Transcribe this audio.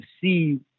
see